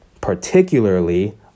particularly